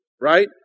Right